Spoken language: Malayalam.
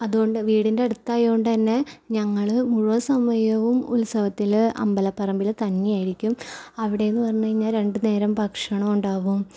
അതുകൊണ്ട് വീടിൻ്റെ അടുത്തായോണ്ട് തന്നെ ഞങ്ങൾ മുഴുവൻ സമയവും ഉത്സവത്തിൽ അമ്പലപറമ്പിൽ തന്നെയായിരിക്കും അവിടെന്ന് പറഞ്ഞുകഴിഞ്ഞാൽ രണ്ടു നേരം ഭക്ഷണം ഉണ്ടാവും